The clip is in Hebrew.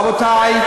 רבותי,